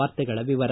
ವಾರ್ತೆಗಳ ವಿವರ